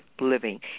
living